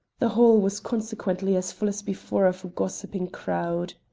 the hall was consequently as full as before of a gossiping crowd.